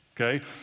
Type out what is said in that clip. okay